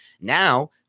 Now